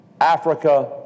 Africa